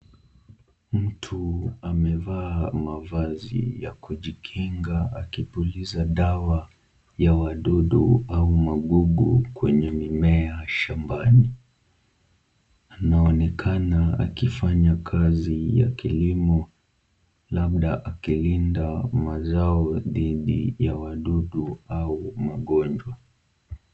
Mtu amevaa mavazi ya kujikinga akipuliza dawa ya wadudu au magugu kwenye mimea shambani, anaonekana akifanya kazi ya kilimo labda akilinda mazao dhidi ya wadudu au magonjwa.